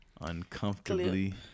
uncomfortably